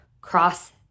cross